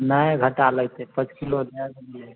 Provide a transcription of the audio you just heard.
नहि घाटा लगतै पाँच किलो दै ने दियौ